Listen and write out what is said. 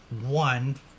one